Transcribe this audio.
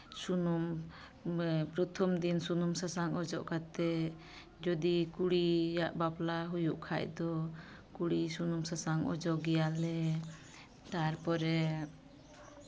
ᱥᱩᱱᱩᱢ ᱯᱨᱚᱛᱷᱚᱢ ᱫᱤᱱ ᱥᱩᱱᱩᱢ ᱥᱟᱥᱟᱝ ᱚᱡᱚᱜ ᱠᱟᱛᱮᱫ ᱡᱩᱫᱤ ᱠᱩᱲᱤᱭᱟᱜ ᱵᱟᱯᱞᱟ ᱦᱩᱭᱩᱜ ᱠᱷᱟᱡ ᱫᱚ ᱠᱩᱲᱤ ᱥᱩᱱᱩᱢ ᱥᱟᱥᱟᱝ ᱚᱡᱚᱜᱮᱭᱟᱞᱮ ᱛᱟᱨᱯᱚᱨᱮ